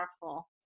powerful